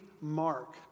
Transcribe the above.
mark